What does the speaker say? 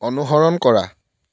অনুসৰণ কৰা